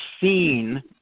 seen